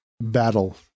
battle